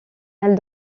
elle